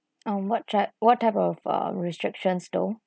um what type what type of uh restrictions though